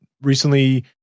recently